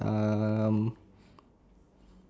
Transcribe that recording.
uh um